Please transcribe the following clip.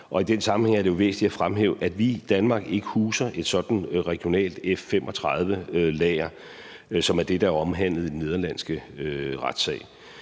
I den sammenhæng er det jo væsentligt at fremhæve, at vi i Danmark ikke huser et sådant regionalt F-35-lager, som er det, den nederlandske retssag